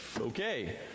okay